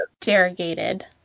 derogated